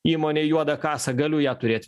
įmonė juodą kasą galiu ją turėt